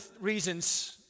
reasons